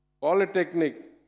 Polytechnic